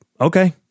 okay